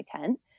tent